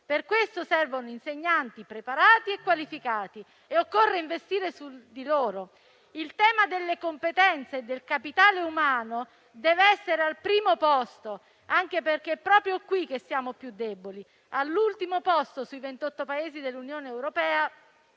Per questo servono insegnanti preparati e qualificati e occorre investire su di loro. Il tema delle competenze e del capitale umano deve essere al primo posto, anche perché è proprio qui che siamo più deboli, collocandoci all'ultimo posto tra i ventotto Paesi dell'Unione europea,